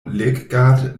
leggat